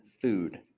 food